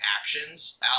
actions